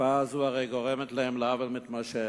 ההקפאה הזו הרי גורמת להם עוול מתמשך.